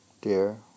dear